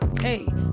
hey